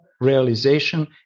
realization